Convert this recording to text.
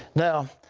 now,